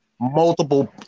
multiple